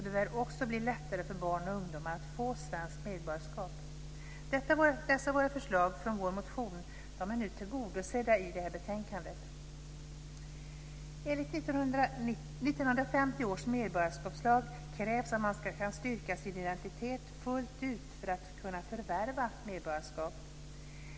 Det bör också bli lättare för barn och ungdomar att få svenskt medborgarskap. Dessa förslag från vår motion är nu tillgodosedda i det här betänkandet. Enligt 1950 års medborgarskapslag krävs att man kan styrka sin identitet fullt ut för att kunna förvärva medborgarskap.